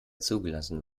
zugelassen